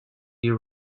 you